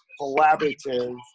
collaborative